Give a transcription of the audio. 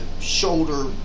shoulder